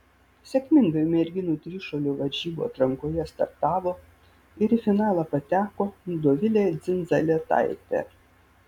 sėkmingai merginų trišuolio varžybų atrankoje startavo ir į finalą pateko dovilė dzindzaletaitė